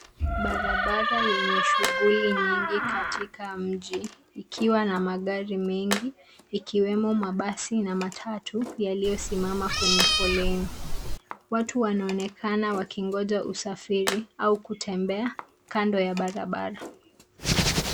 Barabara yenye shughuli nyingi katika mji, ikiwa na magari mengi, ikiweno mabasi na matatu, yaliyosimama kwenye foleni. Watu wanaonekana wakingoja usafiri au kutembea kando ya barabara.